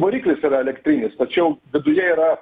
variklis yra elektrinis tačiau viduje yra